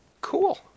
Cool